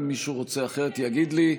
אם מישהו רוצה אחרת, יגיד לי,